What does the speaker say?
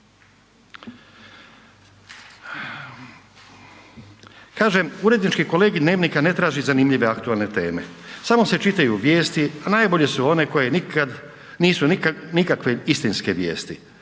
Kaže urednički kolegij „Dnevnika“ ne traži zanimljive aktualne teme, samo se čitaju vijesti, a najbolje su one koje nikakve istinske vijesti,